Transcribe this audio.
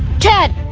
chad!